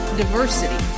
diversity